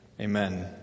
amen